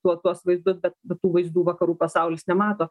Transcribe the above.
tuo tuos vaizdus bet akivaizdu vaizdų vakarų pasaulis nemato